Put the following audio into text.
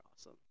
awesome